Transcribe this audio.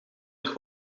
nog